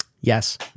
Yes